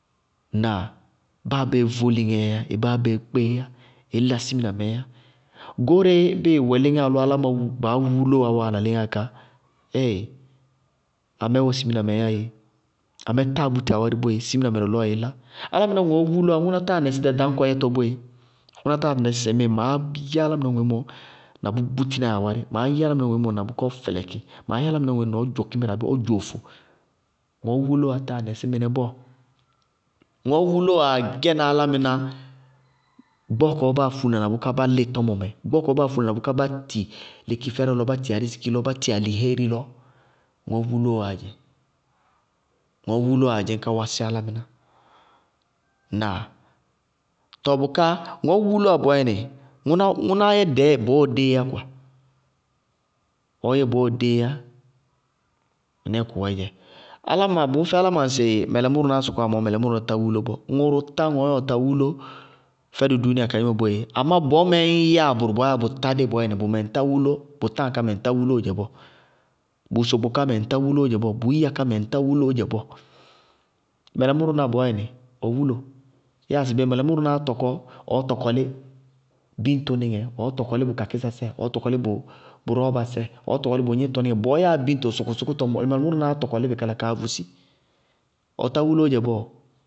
Ŋnáa? Báa béé vóli ŋɛɛ yá, ɩ báa béé kpé ŋɛɛ yá, ɩí lá simina mɛɛ yá goóreé bíɩ ɩ wɛ léŋáa lɔ áláma baá wulowá wáana léŋáa ká, ee amɛ wɛ siminamɛ'ɛ yá. Amɛ táa búti awárí boéé siminamɛ lɔlɔɔ ɩɩ lá, álámɩná ŋɔɔ wulowá, ŋʋná táa nɛsí ɖaɖañkɔ yɛtɔ boé, ŋʋná táa nɛsí sɩŋmɩɩ maá yɛ álámɩná ŋoémɔ na bʋ búti na í awárí, maá alaminá ŋoémɔ na bʋká ɔ fɛlɩkɩ, na bʋká ɔ dzʋ kímírɛ abéé na bʋká ɔ dzʋ ofo, ŋɔɔ wulowá táa nɛsí mɩnɛ bɔɔ, ŋɔɔ wulowáá gɛna gbɔɔ kɔɔ báa fúna na bʋká bá lɩ tɔmɔmɛ gbɔɔ kɔɔ báa fúna na bʋká bá ti lekifɛrɛ lɔ bá ti ariziki lɔ bá ti alihééri lɔ, ŋɔɔ wulowáá dzɛ. Ŋɔɔ wulowáá dzɩñ ka wásɩ álámɩná. Ŋnáa? Tɔɔ bʋká ŋɔɔ wulowá bɔɔyɛnɩ ŋʋnáá yɛ bɔɔɔdééyá kwa, ŋʋnáá yɛ bɔɔɔdééyá ɔɔ yɛ bɔɔɔdééyá. Mɩnɛɛ kʋwɛɛ dzɛ. Áláma bʋmʋfɛ áláma ŋsɩ ma mɛlɛmʋráá sɔkɔwá mɔɔ mɛlɛmʋrá tá wúlo bɔɔ, ŋʋrʋ tá ŋɔɔ yáa ɔɔtá wúlo fɛdʋ dúúnia kadzé mɛ boéé. Amá bɔɔ mɛɛ ñ yɛá bʋrʋ bɔɔ yáa bʋ tádé bɔɔɔyɛnɩ bʋmɛ ŋ tá wúló, bʋ táa ká mɛ ŋtá wulóó dzɛ bɔɔ. Bʋʋ sokpo ká mɛ, ŋtá wulóó dzɛ bɔɔ, bʋʋyíya kámɛ ŋtá wuloó dzɛ bɔɔ. Mɛlɛmʋrá bɔɔyɛnɩ ɔ wúlo. Yáa sɩbé, mɛlɛmʋrʋnáá tɔkɔlí biñto níŋɛ, ɔɔ tɔkɔlí bʋ kakísa sɛɛ ɔɔ tɔkɔlí bʋ rɔɔbasɛ ɔɔ tɔkɔlí bʋ gníñrɔníŋɛ bɔɔ yáa bíñto sʋkʋsʋkʋtɔ ñbɔ, mɛlɛmʋrʋnáá tɔkɔlí bɩ kala kaa vusi. Ɔtá wuloó dzɛ bɔɔɔ?